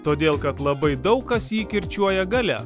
todėl kad labai daug kas jį kirčiuoja gale